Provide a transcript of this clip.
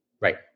right